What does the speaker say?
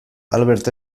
albert